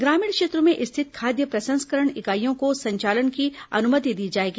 ग्रामीण क्षेत्रों में स्थित खाद्य प्रसंस्करण इकाईयों को संचालन की अनुमति दी जाएगी